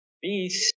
peace